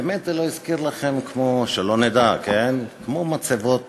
באמת, זה לא הזכיר לכם, שלא נדע, כמו מצבות